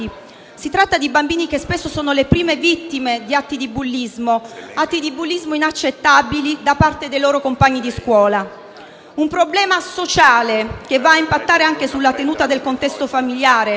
Si tratta di bambini che spesso sono le prime vittime di atti di bullismo, inaccettabili, da parte dei loro compagni di scuola. È un problema sociale, che va a impattare anche sulla tenuta del contesto familiare